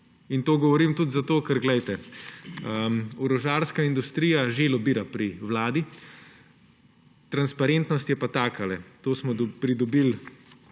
To govorim tudi zato, ker orožarska industrija že lobira pri vladi. Transparentnost je pa takale, to smo pridobili